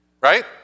right